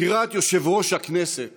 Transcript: בחירת יושב-ראש הכנסת